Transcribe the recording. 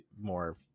more